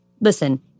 Listen